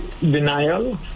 denial